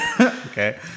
Okay